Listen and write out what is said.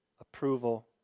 approval